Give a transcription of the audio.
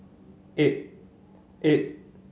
eight eight